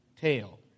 tail